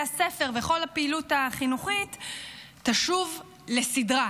הספר כל הפעילות החינוכית תשוב לסדרה.